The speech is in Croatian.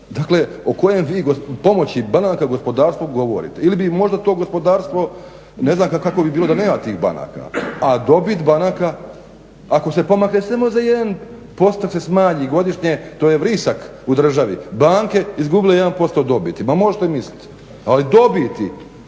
Dakle, o kojoj vi pomoći banaka gospodarstvu govorite. Ili bi možda to gospodarstvo, ne znam kako bi bilo da nema tih banaka. A dobit banaka ako se pomakne samo za 1% se smanji godišnje, to je vrisak u državi. Banke izgubile 1% dobiti, ma možete misliti. Ali dobiti,